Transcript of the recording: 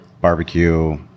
barbecue